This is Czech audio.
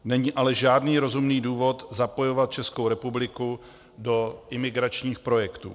Není ale žádný rozumný důvod zapojovat Českou republiku do imigračních projektů.